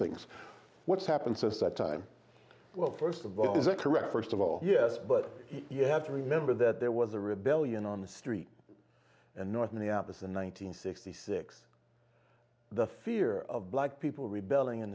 things what's happened since that time well first of all is that correct first of all yes but you have to remember that there was a rebellion on the street and north minneapolis in one thousand nine hundred fifty six the fear of black people rebelling in